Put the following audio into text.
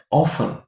often